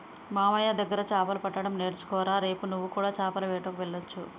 మామయ్య దగ్గర చాపలు పట్టడం నేర్చుకోరా రేపు నువ్వు కూడా చాపల వేటకు వెళ్లొచ్చు